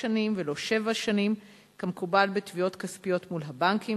שנים ולא שבע כמקובל בתביעות כספיות מול הבנקים,